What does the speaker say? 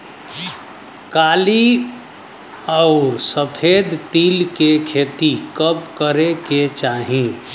काली अउर सफेद तिल के खेती कब करे के चाही?